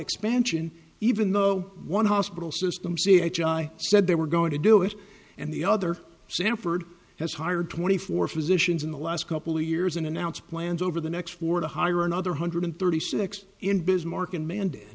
expansion even though one hospital system c h i said they were going to do it and the other sanford has hired twenty four physicians in the last couple of years and announced plans over the next four to hire another hundred thirty six in bismarck